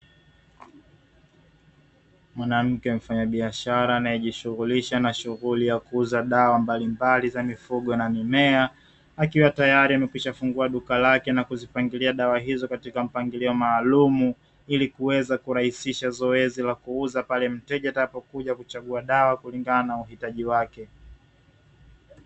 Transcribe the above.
Mwanamke mfanyabiashara anayejishughulisha na shuhuli ya kuuza dawa mbalimbali za mifugo na mimea. Akiwa tayari amekwisha fungua duka lake na kuzipangilia dawa hizo katika mpangilio maalumu, ili kuweza kurahisisha zoezi la kuuza pale mteja atakapokuja kuchagua dawa kulingana na uhitaji wake.